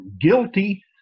guilty